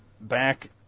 back